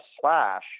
slash